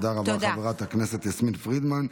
תודה רבה לחברת הכנסת יסמין פרידמן.